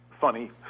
funny